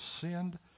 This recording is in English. sinned